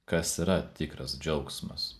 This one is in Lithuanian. kas yra tikras džiaugsmas